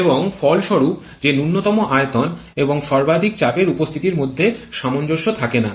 এবং ফলস্বরূপ যে ন্যূনতম আয়তন এবং সর্বাধিক চাপের উপস্থিতির মধ্যে সামঞ্জস্য থাকে না